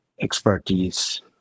expertise